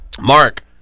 mark